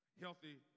Healthy